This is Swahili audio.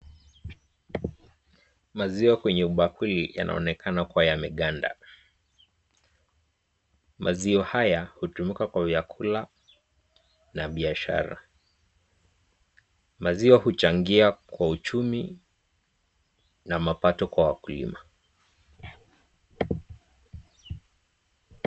Maziwa kwenye bakuli yanaonekana kuwa yameganda. Maziwa haya hutumika kwa vyakula na biashara. Maziwa huchangia kwa uchumi na mapato kwa wakulima.